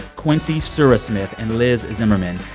quincy surasmith and liz zimmerman.